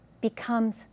becomes